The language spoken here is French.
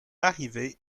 arrivé